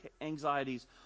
anxieties